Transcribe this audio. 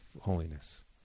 holiness